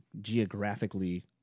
geographically